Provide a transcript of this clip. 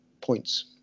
points